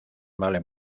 vale